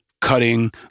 cutting